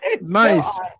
Nice